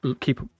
keep